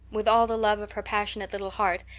with all the love of her passionate little heart,